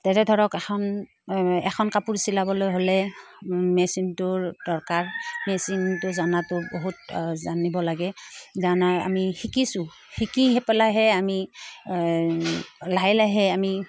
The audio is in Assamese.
তেনে ধৰক এখন এখন কাপোৰ চিলাবলৈ হ'লে মেচিনটোৰ দৰকাৰ মেচিনটো জনাটো বহুত জানিব লাগে আমি শিকিছোঁ শিকি পেলাইহে আমি লাহে লাহে আমি